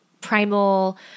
primal